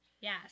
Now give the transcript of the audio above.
Yes